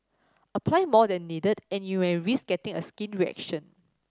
apply more than needed and you may risk getting a skin reaction